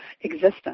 existence